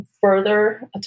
further